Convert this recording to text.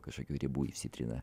kažkokių ribų išsitrina